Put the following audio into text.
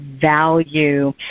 value